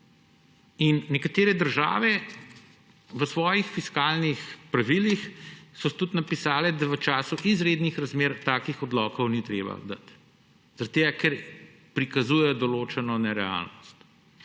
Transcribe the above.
Nekatere države so v svojih fiskalnih pravilih tudi napisale, da v času izrednih razmer takih odlokov ni treba dati, zaradi tega ker prikazujejo določeno nerealnost.